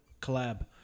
collab